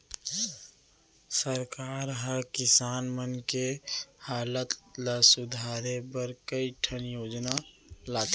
सरकार हर किसान मन के हालत ल सुधारे बर कई ठन योजना लाथे